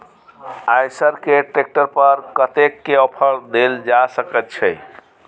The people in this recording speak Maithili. आयसर के ट्रैक्टर पर कतेक के ऑफर देल जा सकेत छै?